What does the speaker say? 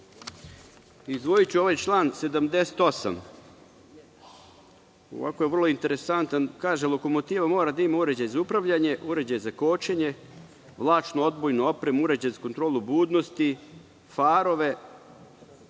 izdvojiću ovaj član 78. Vrlo je interesantan. Kaže – lokomotiva mora da ima uređaj za upravljanje, uređaj za kočenje, vlačnu odbojnu opremu, uređaj za kontrolu budnosti, farove,